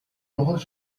чухал